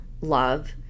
love